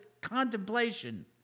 contemplation